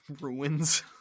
Ruins